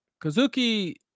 Kazuki